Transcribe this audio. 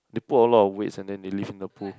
they put a lot of weights and then they lift in the pool